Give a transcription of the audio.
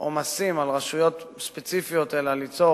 עומסים על רשויות ספציפיות, ליצור